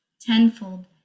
tenfold